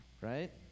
right